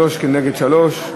שלוש כנגד שלוש.